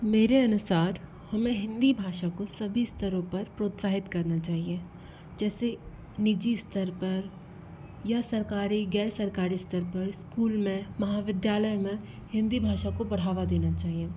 मेरे अनुसार हमें हिंदी भाषा को सभी स्तरों पर प्रोत्साहित करना चाहिए जैसे निजी स्तर पर या सरकारी गैर सरकारी स्तर पर स्कूल में महाविद्यालय में हिंदी भाषा को बढ़ावा देना चाहिए